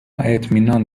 اطمینان